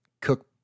cook